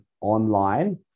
online